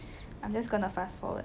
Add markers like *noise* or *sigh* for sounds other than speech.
*breath* I'm just gonna fast forward